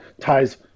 ties